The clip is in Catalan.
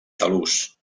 talús